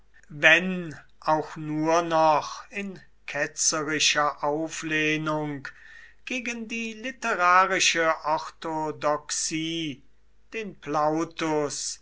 wenn auch nur noch in ketzerischer auflehnung gegen die literarische orthodoxie den plautus